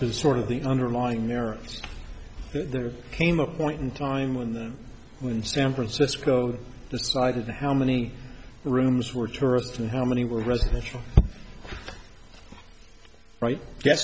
to sort of the underlying narratives there came a point in time when the when san francisco decided how many rooms were tourists and how many were residential right